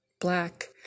black